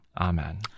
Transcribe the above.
Amen